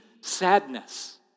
sadness